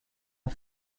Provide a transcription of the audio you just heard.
est